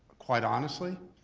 quite honestly,